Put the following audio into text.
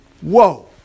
Whoa